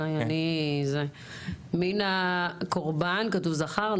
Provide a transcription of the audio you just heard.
מין הקורבן כתוב "זכר",